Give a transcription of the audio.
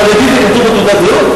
חרדי, זה כתוב בתעודת זהות?